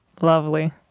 Lovely